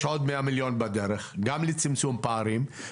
יש עוד מאה מיליון בדרך גם לצמצום פערים,